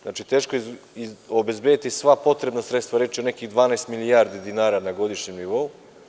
Znači, teško je obezbediti sva potreba sredstva, a reč je o nekih 12 milijardi dinara na godišnjem nivou.